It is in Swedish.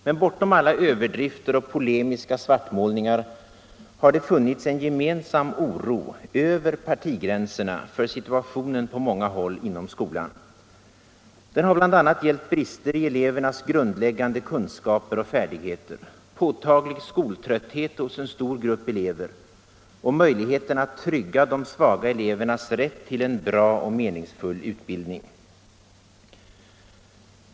Men bortom alla överdrifter och polemiska svartmålningar har det funnits en gemensam oro — över partigränserna — för situationen på många håll inom skolan. Den har bl.a. gällt brister i elevernas grundläggande kunskaper och färdigheter, påtaglig skoltrötthet hos en stor grupp elever och möjligheterna att trygga de svaga elevernas rätt till en bra och meningsfull utbildning.